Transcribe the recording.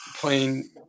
playing